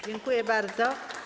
Dziękuję bardzo.